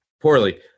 poorly